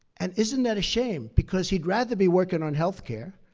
and isn't that a shame, because he'd rather be working on health care.